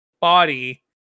body